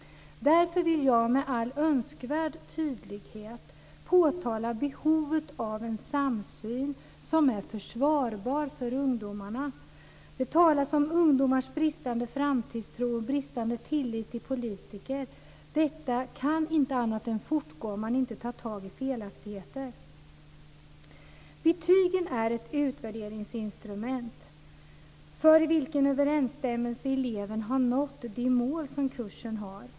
Därför vill jag med all önskvärd tydlighet framhålla behovet av en samsyn som är försvarbar för ungdomarna. Det talas om ungdomars bristande framtidstro och bristande tillit till politiker. Detta kan inte annat än fortgå om man inte tar tag i felaktigheter. Betygen är utvärderingsinstrument för i vilken överensstämmelse eleven har nått de mål som kursen har.